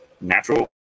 natural